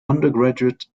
undergraduate